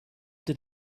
did